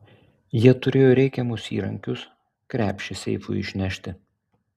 jie turėjo reikiamus įrankius krepšį seifui išnešti